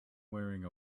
wearing